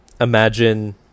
Imagine